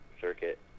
circuit